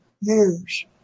years